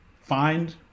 find